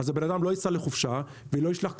אז הבן אדם לא ייסע לחופשה ולא ישלח את